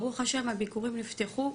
ברוך השם, הביקורים נפתחו,